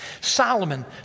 Solomon